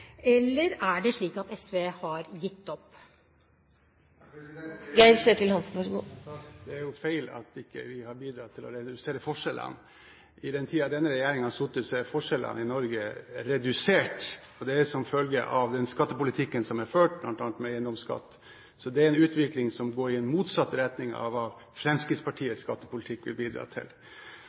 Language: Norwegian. eller er det slik at SV har gitt opp? Det er jo feil at vi ikke har bidratt til å redusere forskjellene. I den tiden denne regjeringen har sittet, er forskjellene i Norge redusert, og det er som følge av den skattepolitikken som er ført, bl.a. med eiendomsskatt. Så det er en utvikling som går i motsatt retning av hva Fremskrittspartiets skattepolitikk ville ha bidratt til.